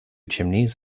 chimneys